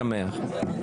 הישיבה ננעלה בשעה 15:49.